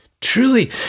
Truly